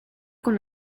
con